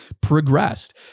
progressed